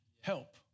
help